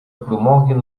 promoguin